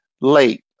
late